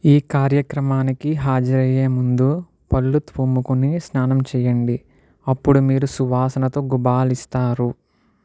ఈ కార్యక్రమానికి హాజరయ్యే ముందు పళ్ళు తోముకొని స్నానం చేయండి అప్పుడు మీరు సువాసనతో గుబాళిస్తారు